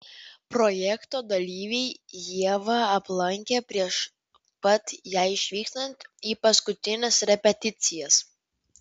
projekto dalyviai ievą aplankė prieš pat jai išvykstant į paskutines repeticijas